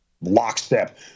lockstep